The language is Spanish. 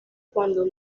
cuando